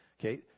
okay